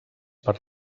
per